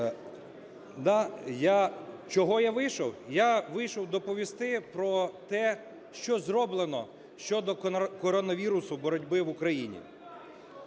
Чого я вийшов? Я вийшов доповісти про те, що зроблено щодо коронавірусу боротьби в Україні.